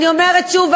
אני אומרת שוב,